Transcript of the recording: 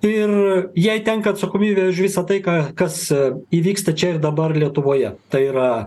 ir jai tenka atsakomybė už visa tai ką kas įvyksta čia ir dabar lietuvoje tai yra